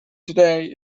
today